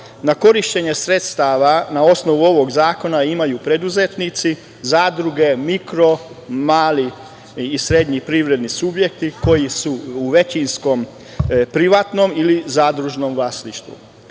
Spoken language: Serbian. na korišćenje sredstava na osnovu ovog zakona imaju preduzetnici, zadruge, mikro, mali i srednji privredni subjekti koji su u većinskom privatnom ili zadružnom vlasništvu